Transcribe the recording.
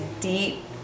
deep